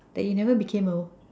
that you never became though